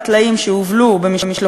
כבני-אדם, לפני שאנחנו